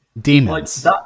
demons